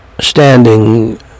standing